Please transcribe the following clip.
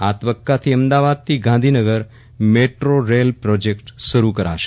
આ તબક્કાથી અમદાવાદથી ગાંધીનગર મેટ્રો રેલ પ્રોજેક્ટ શરૂ કરાશે